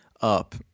up